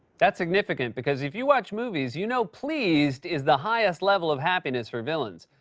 that's significant, because if you watch movies, you know pleased is the highest level of happiness for villains.